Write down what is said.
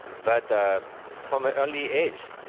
but from an early age,